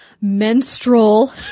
menstrual